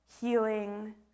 healing